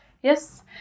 Yes